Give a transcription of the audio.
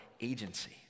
agency